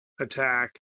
attack